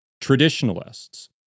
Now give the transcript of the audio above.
Traditionalists